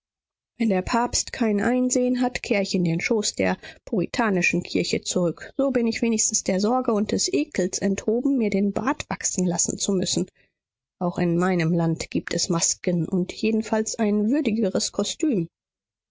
wenn der papst kein einsehen hat kehr ich in den schoß der puritanischen kirche zurück so bin ich wenigstens der sorge und des ekels enthoben mir den bart wachsen lassen zu müssen auch in meinem land gibt es masken und jedenfalls ein würdigeres kostüm